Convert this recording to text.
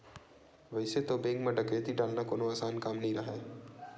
वइसे तो बेंक म डकैती डालना कोनो असान काम नइ राहय